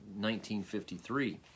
1953